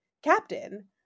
Captain